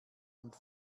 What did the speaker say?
und